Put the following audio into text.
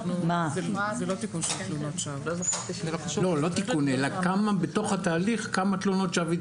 זה לא תיקון של תלונות שווא.